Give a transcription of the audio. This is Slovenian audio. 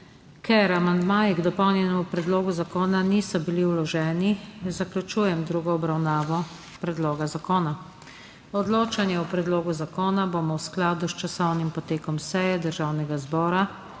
Ker amandmaji k dopolnjenemu predlogu zakona niso bili vloženi, zaključujem drugo obravnavo predloga zakona. Odločanje o predlogu zakona bomo v skladu s časovnim potekom seje Državnega zbora